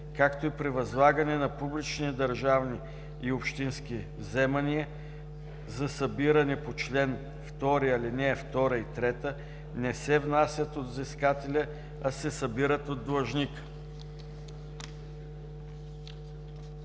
както и при възлагане на публични държавни и общински вземания за събиране по чл. 2, ал. 2 и 3, не се внасят от взискателя, а се събират от длъжника.“